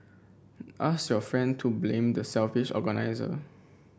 ask your friend to blame the selfish organiser